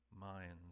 minds